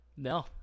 No